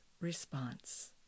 response